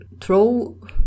throw